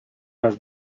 nas